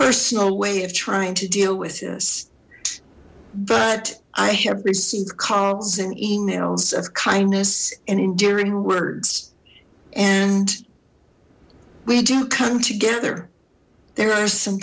personal way of trying to deal with this but i have received calls and emails of kindness and endearing words and we do come together there are some